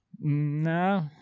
No